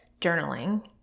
journaling